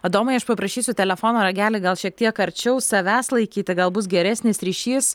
adomai aš paprašysiu telefono ragelį gal šiek tiek arčiau savęs laikyti gal bus geresnis ryšys